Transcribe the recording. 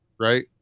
right